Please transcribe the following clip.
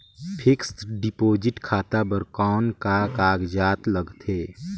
Fixed deposit खाता बर कौन का कागजात लगथे?